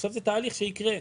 עכשיו זה תהליך שיקרה.